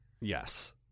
Yes